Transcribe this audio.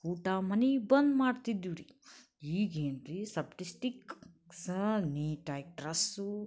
ಊಟ ಮನೆಗ್ ಬಂದು ಮಾಡ್ತಿದ್ದಿವಿ ರೀ ಈಗ ಏನು ರೀ ಸಬ್ ಡಿಸ್ಟಿಕ್ ಸಹ ನೀಟಾಗಿ ಡ್ರಸ್ಸು